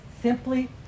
simply